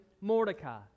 Mordecai